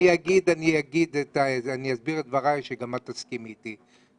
אני אסביר את דבריי שגם את תסכימי איתי.